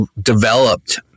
developed